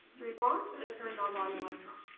three bonds and a pair of non-bonding electrons.